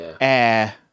air